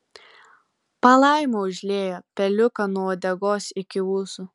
palaima užliejo peliuką nuo uodegos iki ūsų